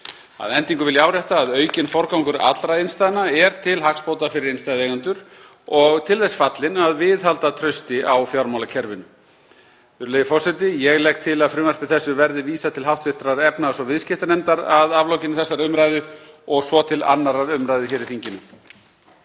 Að endingu vil ég árétta að aukinn forgangur allra innstæðna er til hagsbóta fyrir innstæðueigendur og til þess fallinn að viðhalda trausti á fjármálakerfinu. Virðulegi forseti. Ég legg til að frumvarpi þessu verði vísað til hv. efnahags- og viðskiptanefndar að aflokinni þessari umræðu og svo til 2. umr. hér í þinginu.